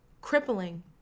crippling